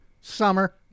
Summer